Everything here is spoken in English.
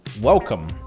welcome